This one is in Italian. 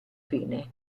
fine